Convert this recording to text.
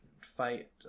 fight